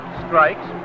strikes